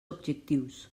objectius